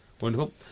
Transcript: Wonderful